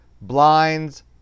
blinds